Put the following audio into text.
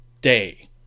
day